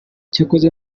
cyakoze